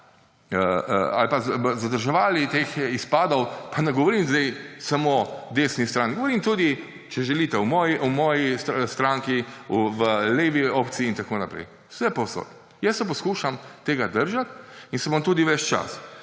ali pa zadrževali teh izpadov, pa ne govorim sedaj samo desni strani, govorim tudi, če želite, v moji stranki, v levi opciji in tako naprej. Vsepovsod. Jaz se poskušam tega držati in se bom tudi ves čas.